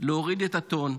להוריד את הטון,